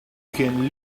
can